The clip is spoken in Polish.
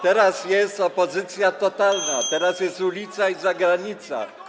Teraz jest opozycja totalna, teraz jest ulica i zagranica.